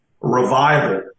revival